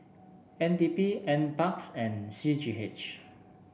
N D P NParks and C G H